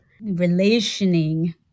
relationing